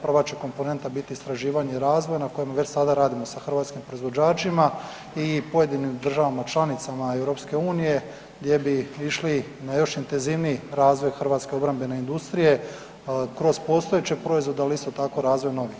Prva će komponenta biti istraživanje i razvoj na kojem već sada radimo sa hrvatskim proizvođačima i pojedinim državama članicama EU gdje bi išli na još intenzivniji razvoj hrvatske obrambene industrije kroz postojeće proizvode, ali isto tako razvojem novih.